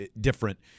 different